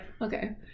Okay